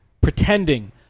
pretending